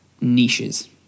niches